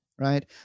right